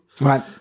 Right